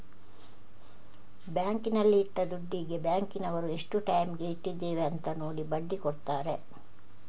ಬ್ಯಾಂಕಿನಲ್ಲಿ ಇಟ್ಟ ದುಡ್ಡಿಗೆ ಬ್ಯಾಂಕಿನವರು ಎಷ್ಟು ಟೈಮಿಗೆ ಇಟ್ಟಿದ್ದೇವೆ ಅಂತ ನೋಡಿ ಬಡ್ಡಿ ಕೊಡ್ತಾರೆ